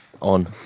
on